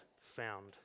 found